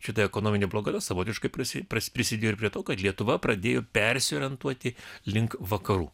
šita ekonominė blokada savotiškai prisi prisidėjo prie to kad lietuva pradėjo persiorientuoti link vakarų